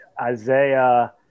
Isaiah